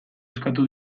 eskatu